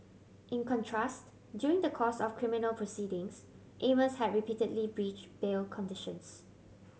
in contrast during the course of criminal proceedings Amos had repeatedly breach bail conditions